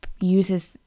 uses